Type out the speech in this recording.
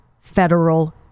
federal